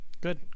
Good